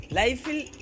life